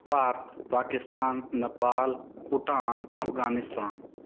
Bharat Pakistan Nepal Bhutan Afghanistan